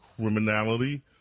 criminality